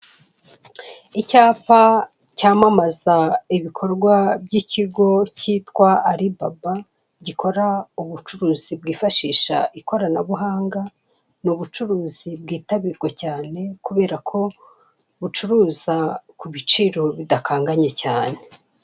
Icyapa cyamamaza ibikorwa by'ikigo kitwa aribaba gikora ubucuruzi bwifashisha ikoranabuhanga ni ubucuruzi bwitabirwa cyane kubera ko bucuruza ku biciro bidakanganye cyane.